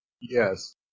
Yes